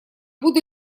буду